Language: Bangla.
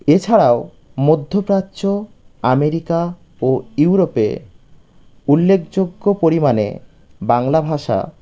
এছাড়াও মধ্য প্রাচ্য আমেরিকা ও ইউরোপে উল্লেখযোগ্য পরিমাণে বাংলা ভাষা